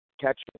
catch